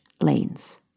lanes